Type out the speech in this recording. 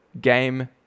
game